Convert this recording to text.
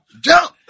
Jump